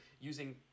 using